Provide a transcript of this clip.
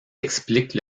explique